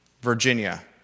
Virginia